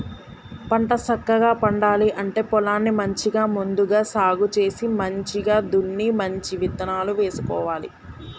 పంట సక్కగా పండాలి అంటే పొలాన్ని మంచిగా ముందుగా సాగు చేసి మంచిగ దున్ని మంచి ఇత్తనాలు వేసుకోవాలి